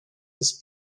his